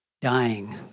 dying